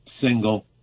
single